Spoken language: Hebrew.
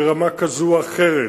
ברמה כזאת או אחרת,